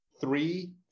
three